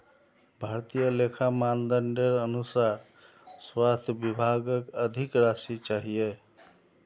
भारतीय लेखा मानदंडेर अनुसार स्वास्थ विभागक अधिक राशि चाहिए